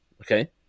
Okay